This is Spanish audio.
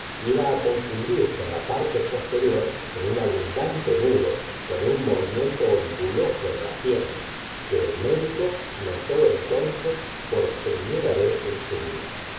iba confundirse en la parte posterior en un abundante nudo con un movimiento onduloso en las sienes que el médico notó entonces por primera vez en su vida